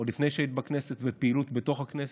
עוד לפני שהיית בכנסת, ופעילות בתוך הכנסת,